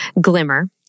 Glimmer